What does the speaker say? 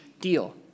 deal